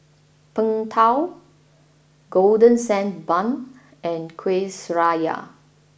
Png Tao golden sand Bun and Kuih Syara